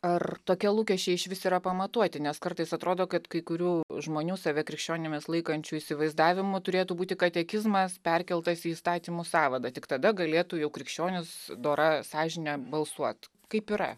ar tokie lūkesčiai išvis yra pamatuoti nes kartais atrodo kad kai kurių žmonių save krikščionimis laikančių įsivaizdavimu turėtų būti katekizmas perkeltas į įstatymų sąvadą tik tada galėtų jau krikščionis dora sąžine balsuot kaip yra